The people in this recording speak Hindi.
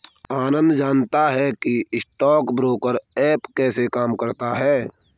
आनंद जानता है कि स्टॉक ब्रोकर ऐप कैसे काम करता है?